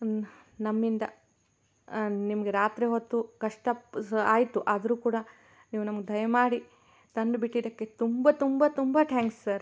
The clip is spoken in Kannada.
ನಮ್ಮಿಂದ ನಿಮ್ಗೆ ರಾತ್ರಿ ಹೊತ್ತು ಕಷ್ಟ ಆಯಿತು ಆದರೂ ಕೂಡ ನೀವು ನಮ್ಗೆ ದಯಮಾಡಿ ತಂದು ಬಿಟ್ಟಿದ್ದಕ್ಕೆ ತುಂಬ ತುಂಬ ತುಂಬ ಟ್ಯಾಂಕ್ಸ್ ಸರ್